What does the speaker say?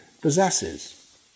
possesses